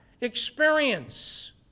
experience